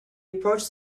approached